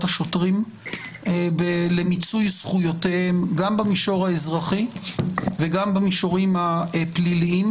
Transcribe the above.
השוטרים למיצוי זכויותיהם במישור האזרחי ובמישורים הפליליים